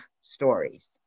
stories